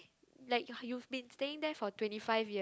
like you've been staying there for twenty five year